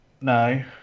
No